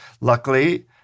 Luckily